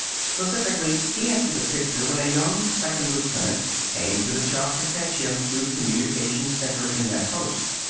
specifically, he entered the picture when a young second lieutenant came to the shop to fetch him to communications center in that post.